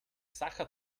sacher